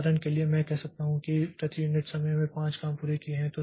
उदाहरण के लिए मैं कह सकता हूं कि प्रति यूनिट समय में 5 काम पूरे हुए हैं